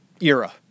era